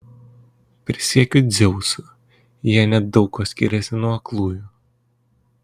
prisiekiu dzeusu jie nedaug kuo skiriasi nuo aklųjų